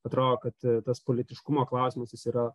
atrodo kad tas politiškumo klausimas jis yra